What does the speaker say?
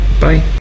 Bye